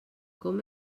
com